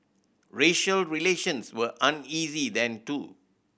racial relations were uneasy then too